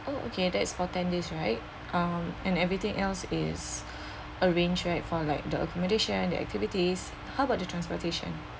oh okay that's for ten days right um and everything else is arranged right for like the accommodation the activities how about the transportation